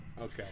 Okay